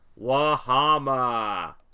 Wahama